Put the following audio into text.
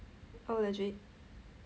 oh legit